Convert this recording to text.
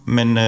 Men